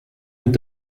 est